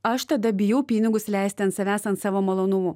aš tada bijau pinigus leisti ant savęs ant savo malonumų